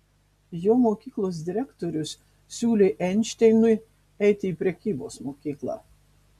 jo mokyklos direktorius siūlė einšteinui eiti į prekybos mokyklą